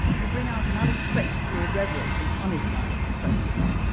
you bring out an unexpectedly irreverent and funny side to the president.